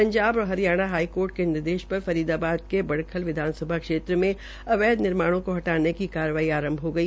पंजाब और हरियाणा हाईकोर्ठ के निर्देश पर फ़रीदाबाद के बडख़ल विधानसभा क्षेत्र में अवैध निर्माणों के हथाने की कारवाई आरंभ की गई